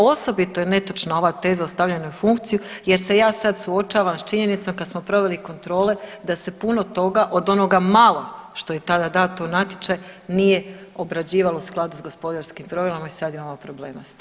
Osobito je netočna ova teza stavljanja u funkciju, jer se ja sad suočavam sa činjenicom kad smo proveli kontrole da se puno toga od onoga malo što je tada dato u natječaj nije obrađivalo u skladu sa gospodarskim programom i sad imamo problema sa tim.